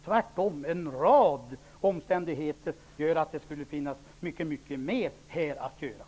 Tvärtom pekar en rad omständigheter på att det skulle finns mycket mer att göra på detta område.